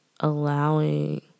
Allowing